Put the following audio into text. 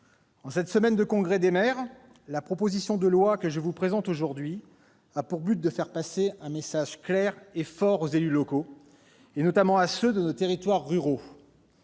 maires se tient cette semaine, la proposition de loi que je vous présente aujourd'hui a pour but de faire passer un message clair et fort aux élus locaux, notamment à ceux de nos territoires ruraux